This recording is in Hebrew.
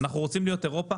אנחנו רוצים להיות אירופה,